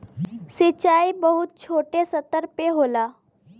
सिंचाई बहुत छोटे स्तर पे होला